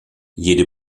jede